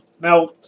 Now